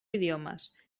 idiomes